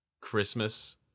Christmas